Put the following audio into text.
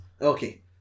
Okay